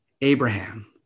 Abraham